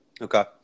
Okay